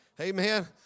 amen